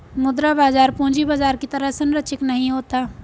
मुद्रा बाजार पूंजी बाजार की तरह सरंचिक नहीं होता